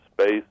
space